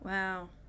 Wow